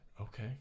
okay